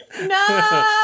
no